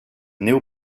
néo